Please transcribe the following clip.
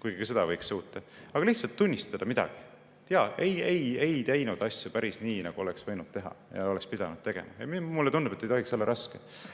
kuigi seda võiks suuta teha. Aga lihtsalt tunnistada midagi – jaa, ei teinud asju päris nii, nagu oleks võinud teha ja oleks pidanud tegema –, mulle tundub, ei tohiks olla raske.